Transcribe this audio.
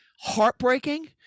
heartbreaking